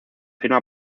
firma